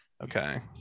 Okay